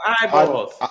eyeballs